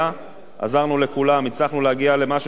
הצלחנו להגיע למשהו שבסוף כולם הסכימו לגביו,